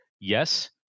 yes